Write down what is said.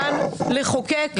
כנסת לחוקק,